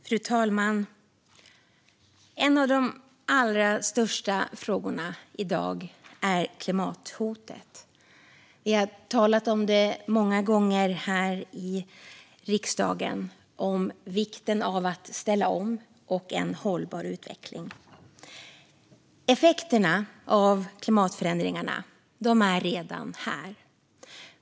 Fru talman! En av de allra största frågorna i dag är klimathotet. Vi har talat om det många gånger här i riksdagen och om vikten av att ställa om och av hållbar utveckling. Effekterna av klimatförändringarna är redan här.